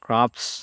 craft